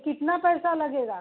कितना पैसा लगेगा